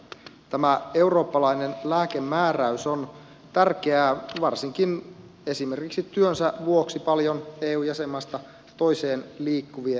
tämä eurooppalainen lääkemääräys on tärkeä varsinkin esimerkiksi työnsä vuoksi paljon eu jäsenmaasta toiseen liikkuvien osalta